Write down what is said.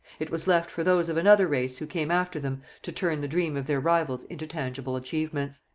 it was left for those of another race who came after them to turn the dream of their rivals into tangible achievements.